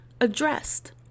addressed